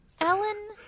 Ellen